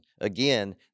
again